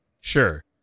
Sure